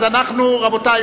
רבותי,